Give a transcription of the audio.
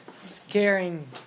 scaring